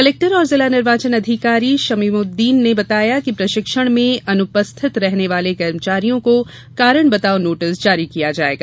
collector एवं जिला निर्वाचन अधिकारी शमीमउददीन ने बताया कि प्रशिक्षण में अनुपस्थित रहने वाले कर्मचारियों को कारण बताओं नोटिस जारी किया जायेगा